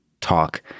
talk